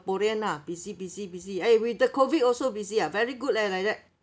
lah busy busy busy eh with the COVID also busy ah very good leh like that